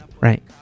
right